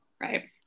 right